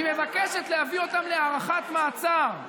היא מבקשת להביא אותם להארכת מעצר,